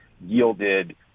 yielded